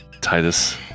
titus